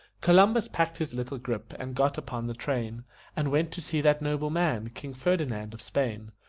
columbus packed his little grip and got upon the train and went to see that noble man, king ferdinand of spain.